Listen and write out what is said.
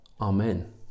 Amen